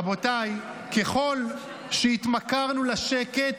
רבותיי, ככל שהתמכרנו לשקט,